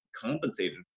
compensated